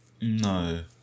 No